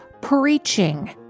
preaching